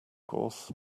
course